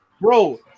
Bro